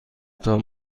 تان